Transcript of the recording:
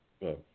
Yes